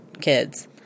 kids